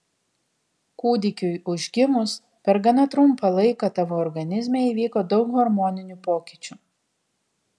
kūdikiui užgimus per gana trumpą laiką tavo organizme įvyko daug hormoninių pokyčių